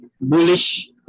bullish